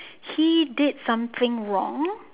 he did something wrong